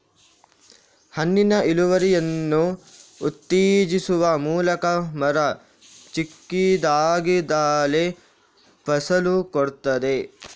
ಹಣ್ಣಿನ ಇಳುವರಿಯನ್ನು ಉತ್ತೇಜಿಸುವ ಮೂಲಕ ಮರ ಚಿಕ್ಕದಾಗಿದ್ದಾಗಲೇ ಫಸಲು ಕೊಡ್ತದೆ